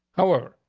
however,